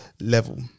level